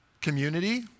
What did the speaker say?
Community